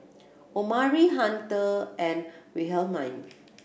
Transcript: Omari Hunter and Wilhelmine